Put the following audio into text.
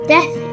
Death